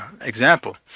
example